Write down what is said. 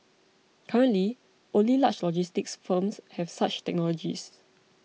currently only large logistics firms have such technologies